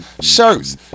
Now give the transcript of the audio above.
shirts